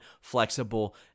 flexible